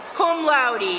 cum laude.